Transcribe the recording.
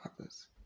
others